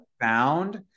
found